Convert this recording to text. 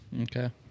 Okay